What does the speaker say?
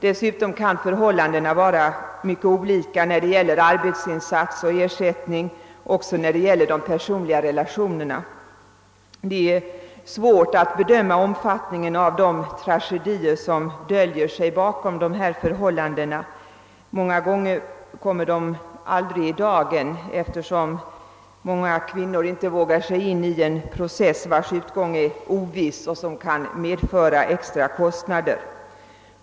Dessutom kan förhållandena vara mycket olika både när det gäller arbetsinsats och ersättning och när det gäller de personliga relationerna. Det är svårt att bedöma omfattningen av de tragedier som döljer sig bakom dessa förhållanden. Många gånger kommer de aldrig i dagen eftersom många kvinnor inte vågar sig in i en process vars utgång är oviss och som kan medföra extra kostnader.